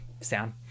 sound